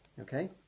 Okay